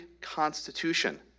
constitution